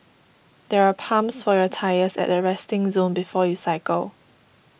there are pumps for your tyres at the resting zone before you cycle